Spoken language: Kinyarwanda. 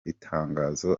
itangazo